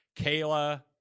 kayla